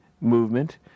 movement